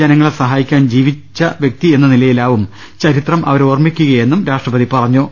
ജനങ്ങളെ സഹായിക്കാൻ ജീവിച്ച വ്യക്തി എന്ന നിലയിലാവും ചരിത്രം അവരെ ഓർമ്മിക്കുകയെന്നും രാഷ്ട്രപതി പറഞ്ഞു